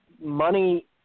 money